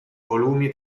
volumi